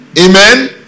Amen